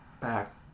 back